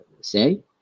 say